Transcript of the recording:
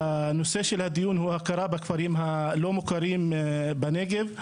נושא הדיון הוא הכרה בכפרים הלא מוכרים בנגב.